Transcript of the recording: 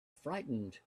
frightened